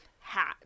hat